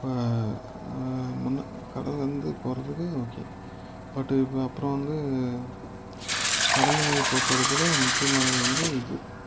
இப்போ முன்பு கடல்லேருந்து போகிறதுக்கு ஓகே பட் இப்போ அப்புறம் வந்து கடல் வழி போக்குவரத்தில் முக்கியமானது வந்து இது